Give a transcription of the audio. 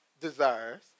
desires